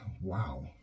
Wow